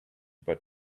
but